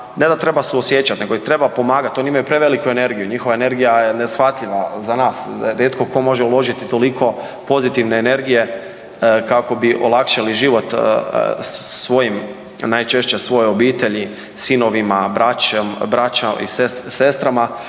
ne da treba suosjećati nego ih treba pomagati. Oni imaju preveliku energiju, njihova energija je neshvatljiva za nas. Rijetko tko može uložiti toliko pozitivne energije kako bi olakšali život svojim, najčešće svojoj obitelji, sinovima, braći i sestrama,